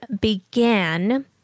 began